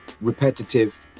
repetitive